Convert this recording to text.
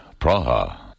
Praha